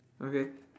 okay